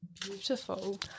Beautiful